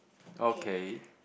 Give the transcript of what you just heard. okay